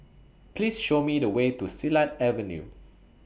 Please Show Me The Way to Silat Avenue